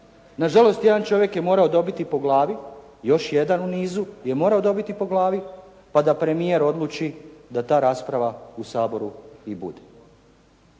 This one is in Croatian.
Nažalost, jedan čovjek je morao dobiti po glavi, još jedan u nizu je morao dobiti po glavi pa da premijer odluči da ta rasprava u Saboru i bude.